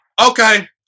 Okay